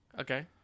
Okay